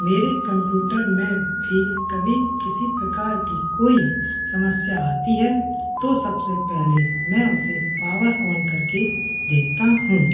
मेरे कंप्यूटर में भी कभी किसी प्रकार की कोई समस्या आती है तो सबसे पहले मैं उसे पावर ऑन करके देखता हूँ